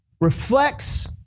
reflects